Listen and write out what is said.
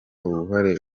uruhare